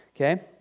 okay